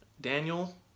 Daniel